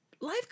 life